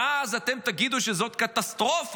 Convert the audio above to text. ואז אתם תגידו שזאת קטסטרופה.